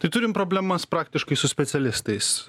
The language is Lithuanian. tai turim problemas praktiškai su specialistais